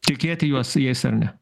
tikėti juos jais ar ne